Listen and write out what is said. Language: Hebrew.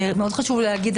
מאוד חשוב להגיד,